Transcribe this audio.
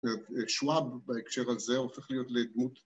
שוואב בהקשר הזה הופך להיות לדמות